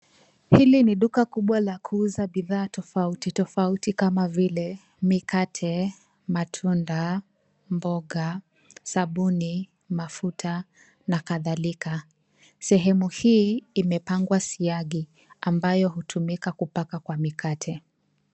Hili ni duka kubwa la kuuza bidhaa tofautitofauti kama vile mikate, matunda, mboga, sabuni ,mafuta na kadhalika. Sehemu hii imepangwa siagi ambao hutumika kupaka kwa mikate.